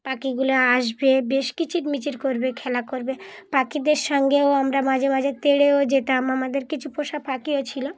পাখিগুলো আসবে বেশ কিচিরমিচির করবে খেলা করবে পাখিদের সঙ্গেও আমরা মাঝে মাঝে তেড়েও যেতাম আমাদের কিছু পোষা পাখিও ছিল